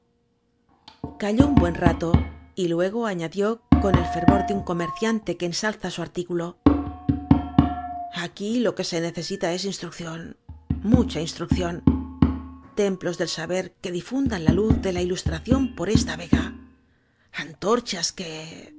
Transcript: calló un buen rato y luego añadió con el fervor de un comerciante que ensalza su artículo aquí lo que se necesita es instrucción mucha instrucción templos del saber que difundan la luz de la ilustración por esta vega antorchas que